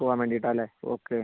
പോവാൻ വേണ്ടിയിട്ടാണ് അല്ലേ ഓക്കെ